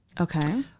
Okay